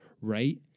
right